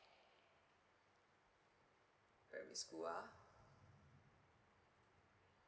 primary school ah